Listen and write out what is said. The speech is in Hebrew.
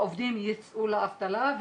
העובדים יצאו לאבטלה,